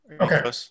Okay